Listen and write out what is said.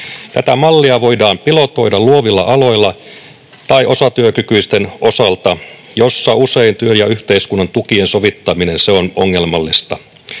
Tätä mallia voidaan pilotoida luovilla aloilla tai osatyökykyisten osalta, joilla usein työn ja yhteiskunnan tukien sovittaminen on ongelmallista.